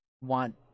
want